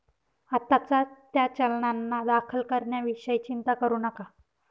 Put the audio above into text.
आत्ताच त्या चलनांना दाखल करण्याविषयी चिंता करू नका